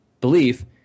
belief –